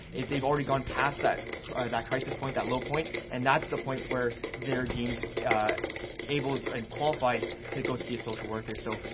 they've already gone past that that crisis point, that low point, and that's the point where they're deemed able and qualified to go see a social worker. so,